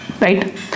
right